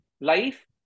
life